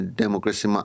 democracy